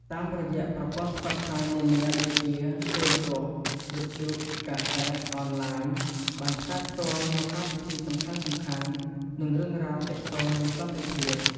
តាមរយៈប្រព័ន្ធផ្សព្វផ្សាយនានាដូចជា ទូរទស្សន៍ វិទ្យុ កាសែត អនឡាញ បានផ្សាយផ្ទាល់នូវកម្មវិធីសំខាន់ៗ និងរឿងរ៉ាវទាក់ទងនឹងសន្តិភាព។